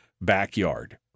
backyard